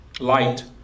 light